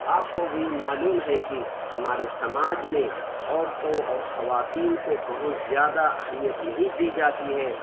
آپ کو بھی معلوم ہے کہ ہمارے سماج میں عورتوں اور خواتین کو بہت زیادہ اہمیت نہیں دی جاتی ہے